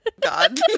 God